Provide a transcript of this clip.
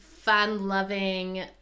fun-loving